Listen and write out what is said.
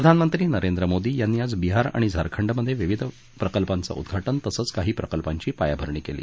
प्रधानमंत्री नरेंद्र मोदी यांनी आज बिहार आणि झारखंडमध्ये विविध प्रकल्पांचं उद्घाटन तसंच काही प्रकल्पांची पायाभरणी केली